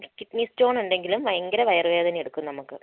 kidney സ്റ്റോണുണ്ടെങ്കിലും ഭയങ്കര വയറ് വേദന എടുക്കും നമുക്ക്